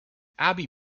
abby